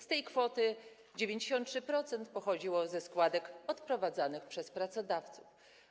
Z tej kwoty 93% pochodziło ze składek odprowadzanych przez pracodawców.